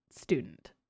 student